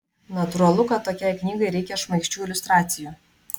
natūralu kad tokiai knygai reikia šmaikščių iliustracijų